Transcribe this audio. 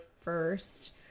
first